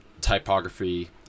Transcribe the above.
typography